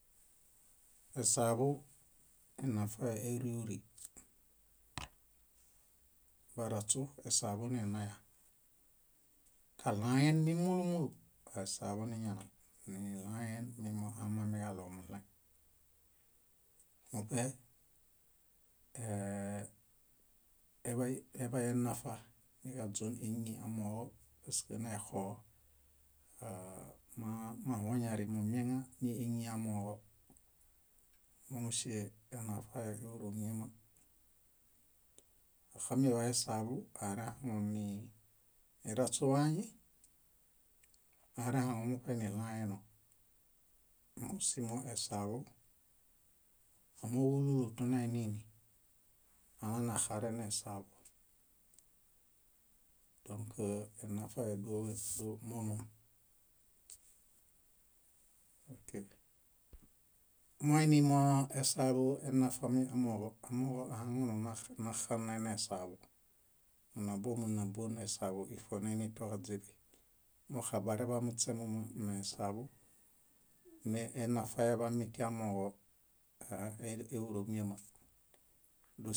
. Esaḃu enafae éuriuri. Baraśu esaḃu nenaya, kaɭaen mĩmúlu múlu aesaḃu niñananiɭaen nimoamamiġaɭo muɭaĩ. Muṗe ee- eḃaenafa niġaźon éñi amooġo paske nexo ee- mahoñarimumieŋa ni éñi amooġo. Mómusie enafae éuromiama. Axamiḃaesaḃu arehaŋuniraśu wañi, arehaŋumuṗe niɭãyeno. Mómusimo esaḃu amooġo úlu úlu alanaxare nesaḃu. Dõk enafae dóes- mómom, ok. Moinimo esaḃu enafami amooġo; amooġo ahaŋununaxane nesaḃu. Múnabon múnabon esaḃu ifoneini toġaźiḃi. Moxabareḃamuśemomo mesaḃu nienafae eḃami tiamooġo a- e- éuromiama.